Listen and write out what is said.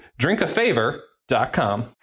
drinkafavor.com